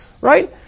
right